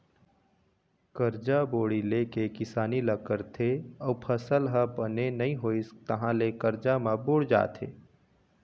करजा बोड़ी ले के किसानी ल करथे अउ फसल ह बने नइ होइस तहाँ ले करजा म बूड़ जाथे